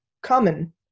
common